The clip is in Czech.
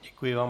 Děkuji vám.